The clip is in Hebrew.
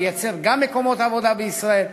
שגם ייצר מקומות עבודה בישראל,